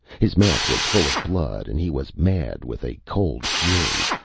his mouth was full of blood, and he was mad with a cold fury.